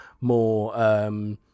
more